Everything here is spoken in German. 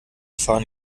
fahren